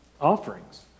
offerings